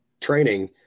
training